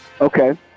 Okay